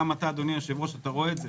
גם אתה, אדוני היושב-ראש, רואה את זה.